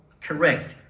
correct